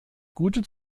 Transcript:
gute